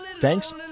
Thanks